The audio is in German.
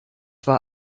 war